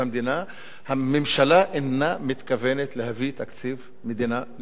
אינה מתכוונת להביא תקציב מדינה ל-2013,